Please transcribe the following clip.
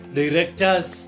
directors